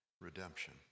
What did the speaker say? redemption